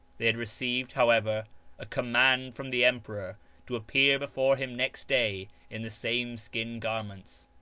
they had received however a command from the emperor to appear before him next day in the same skin-garments.